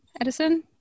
Edison